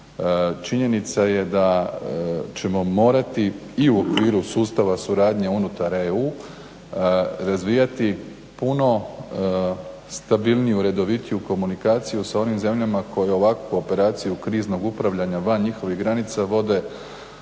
Činjenica je da ćemo morati i u okviru sustava suradnje unutar EU razvijati puno stabilniju, redovitiju komunikaciju s onim zemljama koje ovakvu operaciju kriznog upravljanja van njihovih granica vode